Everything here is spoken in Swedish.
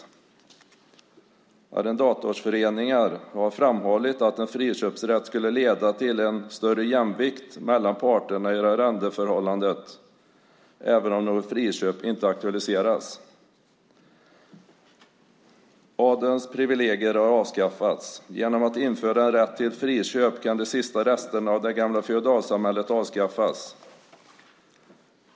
Arrendatorsföreningar har framhållit att en friköpsrätt skulle leda till en större jämvikt mellan parterna i arrendeförhållandet även om ett friköp inte aktualiseras. Adelns privilegier har avskaffats. Genom att införa en rätt till friköp kan de sista resterna av det gamla feodalsamhället avskaffas.